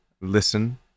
listen